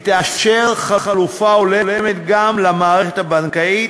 היא תאפשר חלופה הולמת גם למערכת הבנקאית,